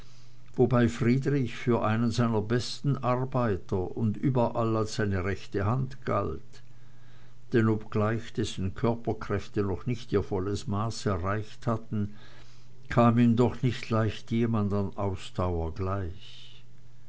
wobei friedrich für einen seiner besten arbeiter und überall als seine rechte hand galt denn obgleich dessen körperkräfte noch nicht ihr volles maß erreicht hatten kam ihm doch nicht leicht jemand an ausdauer gleich